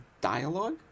dialogue